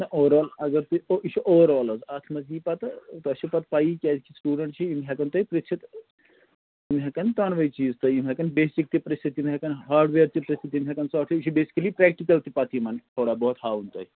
نہ overall اگر تُہۍ یہِ چھِ اوٚوَر آل حظ اَتھ منٛز یی پَتہٕ تۄہہِ چھےٚ پَتہٕ پَیی کیٛازِ کہِ سٹوٗڈنٛٹ چھِ یِم ہٮ۪کَن تۄہہِ پِرٛژھِتھ یِم ہٮ۪کَن دۄنوَے چیٖز تۄہہِ یِم ہٮ۪کَن بیسِک تہِ پِرٛژھِتھ یِم ہٮ۪کَن ہاڈویر تہِ پِرٛژھِتھ یِم ہٮ۪کَن یِہ چھِ بٮ۪سِکلی پرٛٮ۪کٹِکل تہِ پَتہٕ یِمَن تھوڑا بہت ہاوُن تۄہہِ